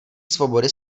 svobody